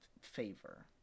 favor